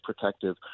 protective